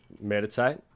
meditate